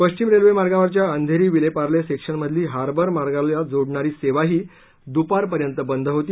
पश्चिम रेल्वे मार्गावरच्या अंधेरी विलेपार्ले सेक्शनमधली हार्बर मार्गाला जोडणारी सेवाही दुपारपर्यंत बंद होती